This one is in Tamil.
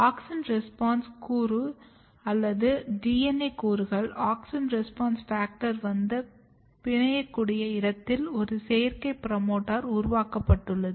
ஆக்ஸின் ரெஸ்பான்ஸ் கூறு அல்லது DNA கூறுகள் AUXIN RESPONSE FACTOR வந்து பிணைக்கக்கூடிய இடத்தில் ஒரு செயற்கை புரோமோட்டார் உருவாக்கப்பட்டுள்ளது